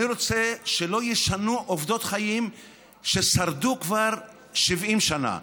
אני רוצה שלא ישנו עובדות חיים ששרדו כבר 70 שנה.